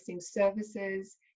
services